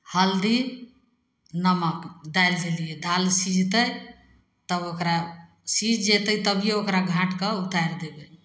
हल्दी नमक डालि देलिए दालि सिझतै तब ओकरा सिझ जेतै तब ओकरा घाँटिकऽ उतारि देबै